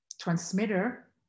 transmitter